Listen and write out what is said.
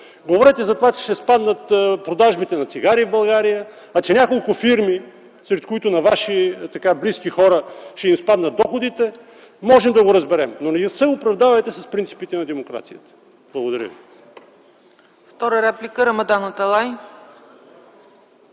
Говорете за това, че ще спаднат продажбите на цигари в България, че няколко фирми, сред които на Ваши близки хора, ще им спаднат доходите. Можем да го разберем, но не се оправдавайте с принципите на демокрацията. Благодаря ви.